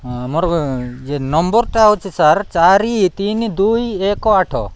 ହଁ ମୋର ନମ୍ବର୍ଟା ହେଉଛି ସାର୍ ଚାରି ତିନି ଦୁଇ ଏକ ଆଠ